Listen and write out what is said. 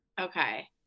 Okay